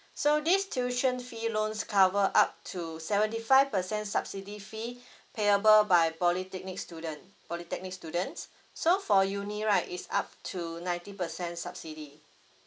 so this tuition fee loans cover up to seventy five percent subsidy fee payable by polytechnic student polytechnic students so for uni right is up to ninety percent subsidy